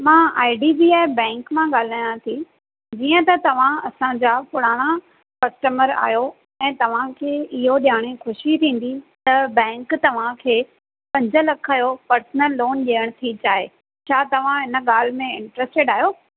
मां I D B I bank मां ॻाल्हियां थी हीअं त तव्हां असांजा पुराणा कस्टमर आहियो ऐं तव्हांखे इहो ॼाणे ख़ुशी थींदी त बैंक तव्हांखे पंज लख जो पर्सनल लोन ॾियणु थी चाहे छा तव्हां हिन ॻाल्हि में इंटरेस्टेड आहियो